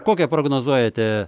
kokią prognozuojate